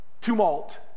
tumult